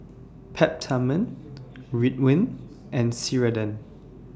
Peptamen Ridwind and Ceradan